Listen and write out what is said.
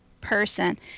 person